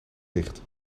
licht